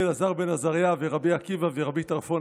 אלעזר בן עזריה ורבי עקיבא ורבי טרפון,